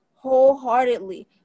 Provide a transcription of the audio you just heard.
wholeheartedly